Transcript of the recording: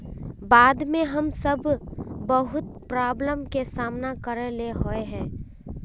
बाढ में हम सब बहुत प्रॉब्लम के सामना करे ले होय है?